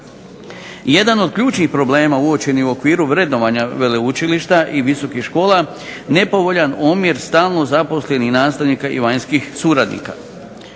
Jedan od ključnih problema uočenih u okviru vrednovanja veleučilišta i visokih škola nepovoljan omjer stalno zaposlenih nastavnika i vanjskih suradnika.